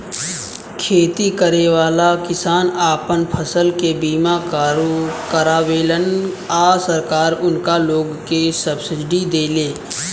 खेती करेवाला किसान आपन फसल के बीमा करावेलन आ सरकार उनका लोग के सब्सिडी देले